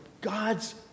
God's